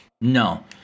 no